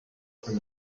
from